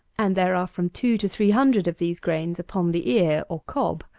and there are from two to three hundred of these grains upon the ear, or cob.